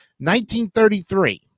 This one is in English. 1933